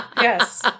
Yes